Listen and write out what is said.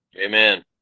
amen